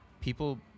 people